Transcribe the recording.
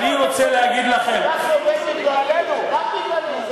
אני רוצה להגיד לכם, אתה סובל בגללנו, רק בגללנו.